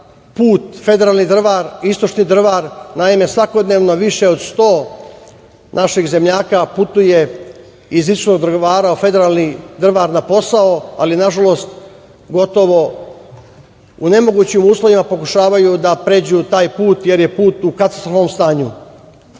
put federalni Drvar – Istočni Drvar. Naime, svakodnevno više od 100 naših zemljaka putuje iz Istočnog Drvara u federalni Drvar na posao ali, nažalost, gotovo u nemogućim uslovima pokušavaju da pređu taj put, jer je put u katastrofalnom stanju. Ono